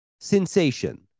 sensation